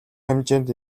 хэмжээнд